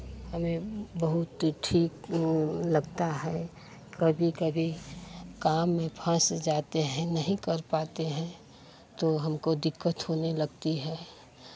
हमें बहुत ठीक लगता है कभी कभी काम में फँस जाते हैं नहीं कर पाते हैं तो हमको दिक्कत होने लगती है